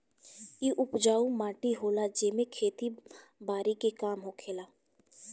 इ उपजाऊ माटी होला जेमे खेती बारी के काम होखेला